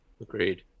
Agreed